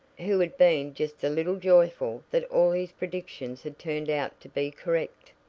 who had been just a little joyful that all his predictions had turned out to be correct.